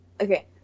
Okay